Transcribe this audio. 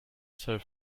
sir